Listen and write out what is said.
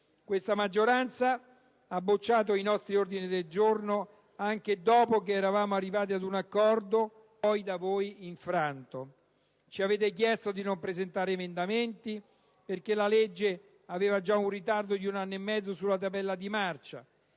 questa maggioranza ha bocciato i nostri ordini del giorno anche dopo che eravamo arrivati a un accordo, poi da voi infranto. Ci avete infatti chiesto di non presentare emendamenti, perché la legge aveva già un ritardo di un anno e mezzo sulla tabella di marcia